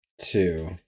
Two